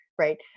right